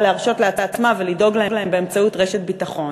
להרשות לעצמה ולדאוג להם באמצעות רשת ביטחון.